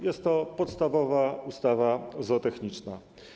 Jest to podstawowa ustawa zootechniczna.